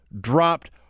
dropped